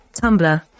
Tumblr